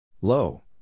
Low